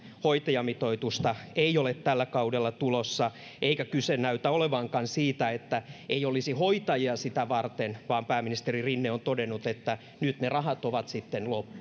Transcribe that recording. hoitajamitoitusta ei ole tällä kaudella tulossa eikä kyse näytä olevankaan siitä että ei olisi hoitajia sitä varten vaan pääministeri rinne on todennut että nyt ne rahat ovat sitten